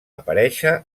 aparèixer